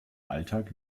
alltag